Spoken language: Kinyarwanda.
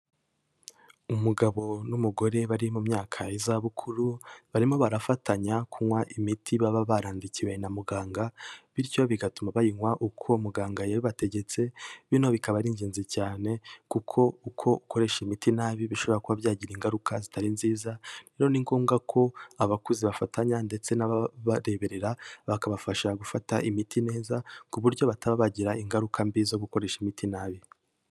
Umugabo n'umugore bari mu myaka y'izabukuru barimo barafatanya kunywa imiti baba barandikiwe na muganga, bityo bigatuma bayinywa uko muganga yabibategetse bino bikaba ari ingenzi cyane kuko uko ukoresha imiti nabi bishobora kuba byagira ingaruka zitari nziza, rero ni ngombwa ko abakuze bafatanya ndetse n'ababareberera bakabafasha gufata imiti neza ku buryo bataba bagira ingaruka mbi zo gukoresha imiti nabi.